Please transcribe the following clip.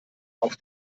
auf